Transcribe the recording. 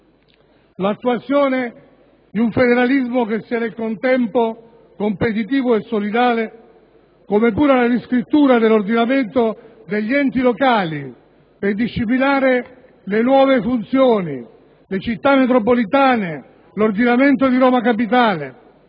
l'attuazione di un federalismo che sia nel contempo competitivo e solidale, come pure la riscrittura dell'ordinamento degli enti locali per disciplinare le nuove funzioni, le città metropolitane, l'ordinamento di Roma Capitale,